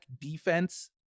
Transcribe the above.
defense